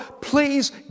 please